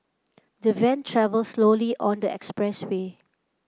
the van travelled slowly on the expressway